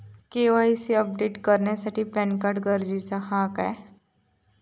KYC update करूसाठी PAN card गरजेचा हा काय?